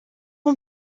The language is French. ans